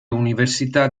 università